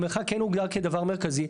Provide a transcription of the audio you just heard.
המרחק כן הוגדר כדבר מרכזי.